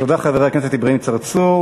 תודה, חבר הכנסת אברהים צרצור.